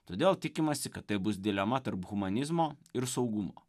todėl tikimasi kad tai bus dilema tarp humanizmo ir saugumo